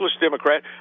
Democrat